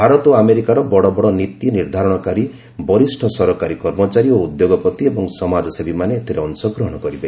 ଭାରତ ଓ ଆମେରିକାର ବଡ଼ବଡ଼ ନୀତି ନିର୍ଦ୍ଧାରଣକାରୀ ବରିଷ୍ଣ ସରକାରୀ କର୍ମଚାରୀ ଓ ଉଦ୍ୟୋଗପତି ଏବଂ ସମାଜସେବୀମାନେ ଏଥିରେ ଅଂଶ ଗ୍ରହଣ କରିବେ